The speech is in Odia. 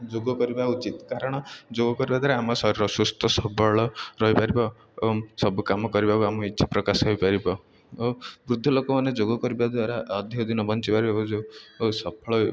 ଯୋଗ କରିବା ଉଚିତ୍ କାରଣ ଯୋଗ କରିବା ଦ୍ୱାରା ଆମ ଶରୀର ସୁସ୍ଥ ସବଳ ରହିପାରିବ ଏବଂ ସବୁ କାମ କରିବାକୁ ଆମକୁ ଇଚ୍ଛା ପ୍ରକାଶ ହୋଇପାରିବ ଓ ବୃଦ୍ଧ ଲୋକମାନେ ଯୋଗ କରିବା ଦ୍ୱାରା ଅଧିକ ଦିନ ବଞ୍ଚି ଯେଉଁ ସଫଳ